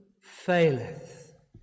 faileth